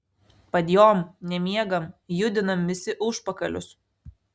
padjom nemiegam judinam visi užpakalius